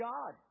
God